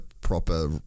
proper